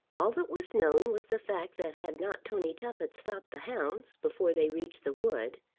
all that was known was the fact that had not tony tuppett stopped the hounds before they reached the wood,